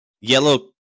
yellow